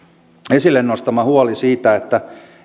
esille nostama huoli siitä että